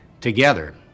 together